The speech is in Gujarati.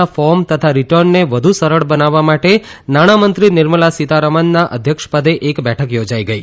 ના ફોર્મ તથા રિટર્નને વધુ સરળ બનાવવા માટે નાણામંત્રી નિર્મલા સીતારામનના અધ્યક્ષપદે એક બેઠક યોજાઇ ગઇ